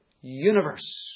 universe